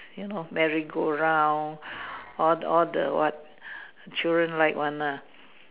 you know merry go round all all the what children like one lah